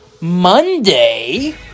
Monday